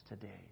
today